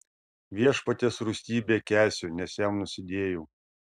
viešpaties rūstybę kęsiu nes jam nusidėjau